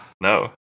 no